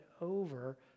over